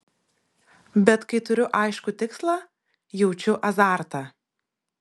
bet kai turiu aiškų tikslą jaučiu azartą